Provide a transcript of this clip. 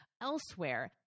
elsewhere